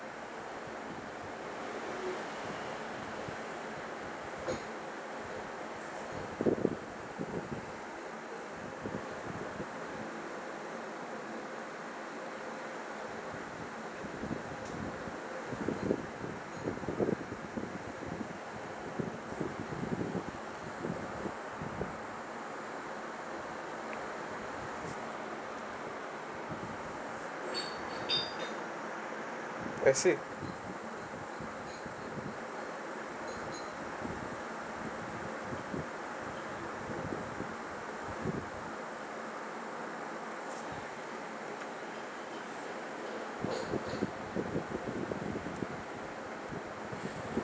I see